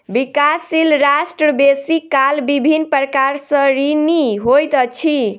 विकासशील राष्ट्र बेसी काल विभिन्न प्रकार सँ ऋणी होइत अछि